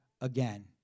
again